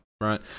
Right